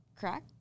correct